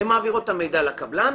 הן מעבירות את המידע לקבלן